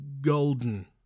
Golden